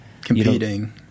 competing